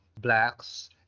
blacks